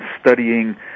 studying